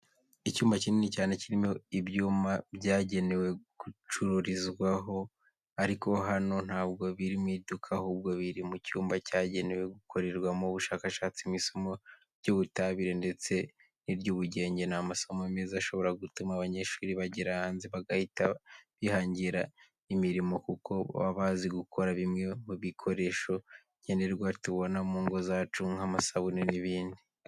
Icyumba kinini cyane kirimo ibyuma byagenewe gucururizwaho, ariko hano ntabwo biri mu iduka ahubwo biri mu cyumba cyagenewe gukorerwamo ubushakatsi mu isomo ry'ubutabire ndetse n'iry'ubugenge. Ni amasomo meza ashobora gutuma abanyeshuri bagera hanze bagahita bihangira imirimo kuko baba bazi gukora bimwe mu bikoresho nkenerwa tubona mu ngo zacu nk'amasabune n'ibindi.